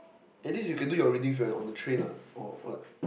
at least you can do your reading when on the train or what